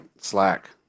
Slack